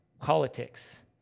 politics